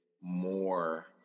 more